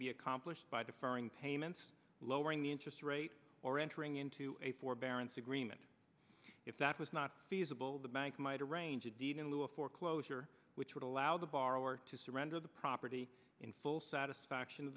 be accomplished by the following payments lowering the interest rate or entering into a forbearance agreement if that was not feasible the bank might arrange a deed in lieu of foreclosure which would allow the borrower to surrender the property in full satisfaction of